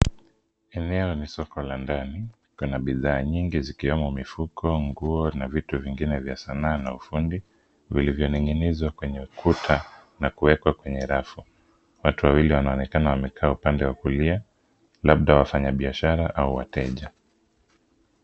Eneo ni soko la ndani. Kuna bidhaa nyingi zikiwemo mifuko, nguo na vitu vingine vya Sanaa na ufundi vilivyo ning'inizwa kwenye ukuta na kuwekwa kwenye rafu. Watu Wawili wanaonekana wamekaa upande wa kulia labda wafanyabiashara au wateja.